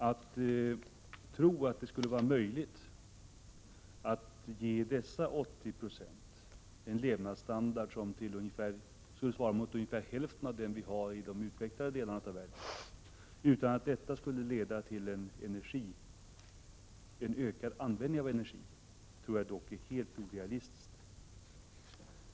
Att tro att det skulle vara möjligt att ge dessa 80 20 en levnadsstandard som skulle svara mot ungefär hälften av den vi har i de utvecklade delarna av världen utan att detta skulle leda till en ökad användning av energi finner jag orealistiskt.